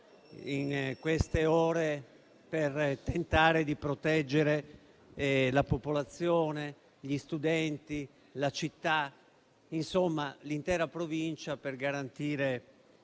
in queste ore, per tentare di proteggere la popolazione, gli studenti, la città, l'intera provincia, e per garantire